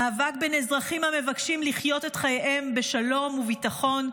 מאבק בין אזרחים המבקשים לחיות את חייהם בשלום וביטחון,